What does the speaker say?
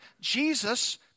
Jesus